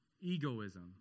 egoism